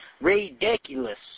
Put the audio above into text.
ridiculous